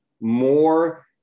more